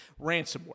ransomware